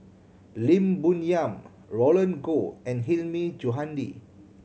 Lim Bo Yam Roland Goh and Hilmi Johandi